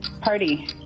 Party